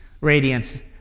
radiance